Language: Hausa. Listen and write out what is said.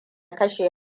kashe